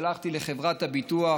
שלחתי לחברת הביטוח